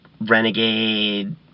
renegade